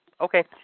Okay